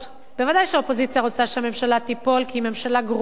ודאי שהאופוזיציה רוצה שהממשלה תיפול כי היא ממשלה גרועה,